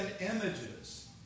images